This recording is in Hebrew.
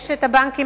יש הבנקים,